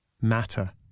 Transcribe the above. matter